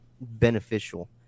beneficial